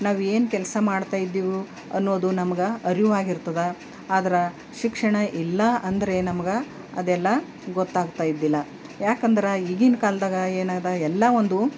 ನಾವು ಏನು ಕೆಲಸ ಮಾಡ್ತಾಯಿದ್ದೀವೋ ಅನ್ನೋದು ನಮಗೆ ಅರಿವಾಗಿರ್ತದೆ ಆದರೆ ಶಿಕ್ಷಣ ಇಲ್ಲ ಅಂದರೆ ನಮಗೆ ಅದೆಲ್ಲ ಗೊತ್ತಾಗ್ತಾ ಇದ್ದಿಲ್ಲ ಯಾಕೆಂದ್ರೆ ಈಗಿನ ಕಾಲದಾಗ ಏನಿದೆ ಎಲ್ಲ ಒಂದು